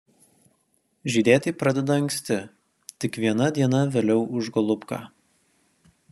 žydėti pradeda anksti tik viena diena vėliau už golubką